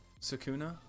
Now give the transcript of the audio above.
Sakuna